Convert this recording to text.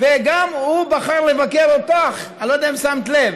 וגם הוא בחר לבקר אותך, אני לא יודע אם שמת לב,